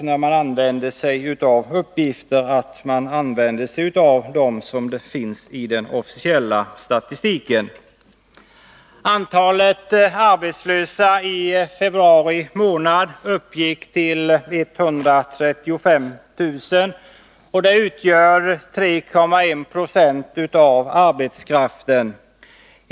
När man använder uppgifter, är det viktigt att man använder de som finns i den officiella statistiken. Antalet arbetslösa i februari månad uppgick till 135 000, och det utgör 3,1 90 av arbetskraften.